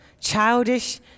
childish